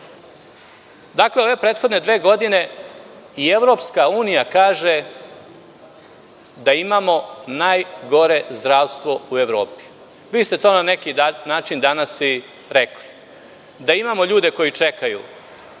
Dakle, ove prethodne dve godine i EU kaže da imamo najgore zdravstvo u Evropi. Vi ste to na neki način danas i rekli, da imamo ljude koji čekaju